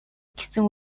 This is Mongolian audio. гэсэн